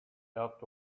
out